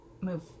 move